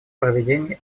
проведении